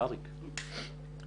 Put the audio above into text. אריק שמואלביץ,